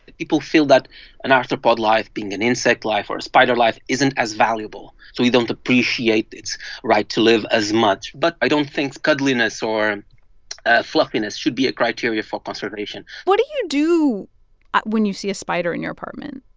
people feel that an arthropod life, being an insect life or a spider life, isn't as valuable. so we don't appreciate its right to live as much. but i don't think cuddliness or ah fluffiness should be a criteria for conservation what do you do when you see a spider in your apartment?